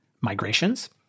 migrations